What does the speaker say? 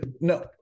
no